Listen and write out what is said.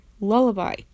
lullaby